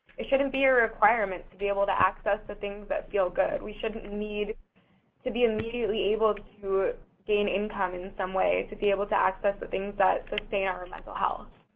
it shouldn't be a requirement to be able to access the things that feel good. we shouldn't need to be immediately able to gain income in some way to be able to access the things that sustain our mental health.